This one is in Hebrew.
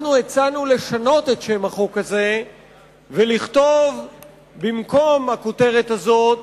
אנחנו הצענו לשנות את שם החוק הזה ולכתוב במקום הכותרת הזאת: